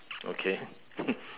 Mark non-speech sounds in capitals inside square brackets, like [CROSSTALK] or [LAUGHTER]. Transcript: okay [LAUGHS]